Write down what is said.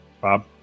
Bob